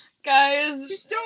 Guys